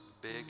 big